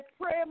pray